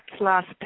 Last